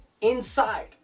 inside